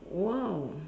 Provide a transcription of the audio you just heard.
!wow!